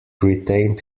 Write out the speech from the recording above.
retained